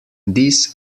this